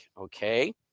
okay